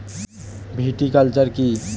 Viticulture কী?